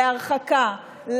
להרחקה,